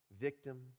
victim